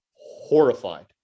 Horrified